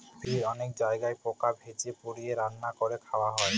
পৃথিবীর অনেক জায়গায় পোকা ভেজে, পুড়িয়ে, রান্না করে খাওয়া হয়